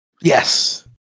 Yes